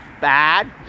bad